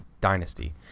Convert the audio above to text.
dynasty